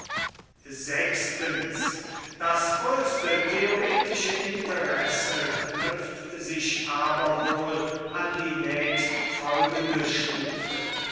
das größte theoretische interesse knüpft sich aber wohl an die nächstfolgende stufe